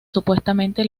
supuestamente